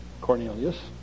Cornelius